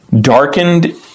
Darkened